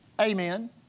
Amen